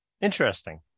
Interesting